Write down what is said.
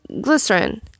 glycerin